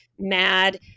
mad